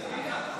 פנינה,